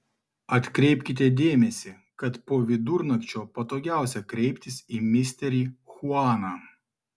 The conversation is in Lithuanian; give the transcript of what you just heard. atkreipkite dėmesį kad po vidurnakčio patogiausia kreiptis į misterį chuaną